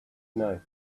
night